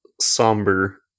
somber